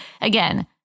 again